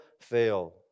fail